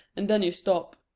and then you stop.